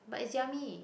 but it's yummy